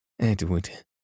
Edward